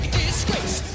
disgrace